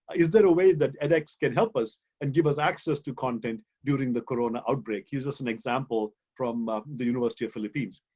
is there a way that edx can help us and give us access to content during the corona outbreak? here's an example from the university of philippines.